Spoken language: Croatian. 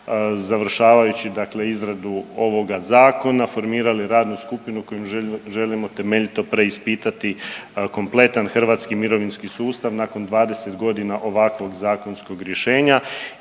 završavajući dakle izradu ovog Zakona formirali radnu skupinu koju želimo temeljito preispitati kompletan hrvatski mirovinski sustav nakon 20 godina ovakvog zakonskog rješenja